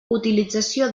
utilització